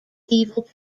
evil